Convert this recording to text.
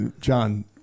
John